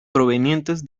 provenientes